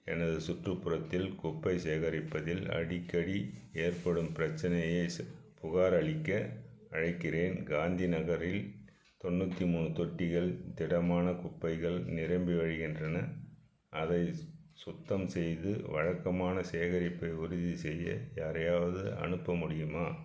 எனது சுற்றுப்புறத்தில் குப்பை சேகரிப்பதில் அடிக்கடி ஏற்படும் பிரச்சினையைப் புகார் அளிக்க அழைக்கிறேன் காந்தி நகரில் தொண்ணூற்றி மூணு தொட்டிகள் திடமான குப்பைகள் நிரம்பி வழிகின்றன அதை சுத்தம் செய்து வழக்கமான சேகரிப்பை உறுதிசெய்ய யாரையாவது அனுப்ப முடியுமா